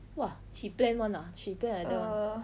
!wah! she plan [one] ah she plan like that [one] ah